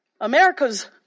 America's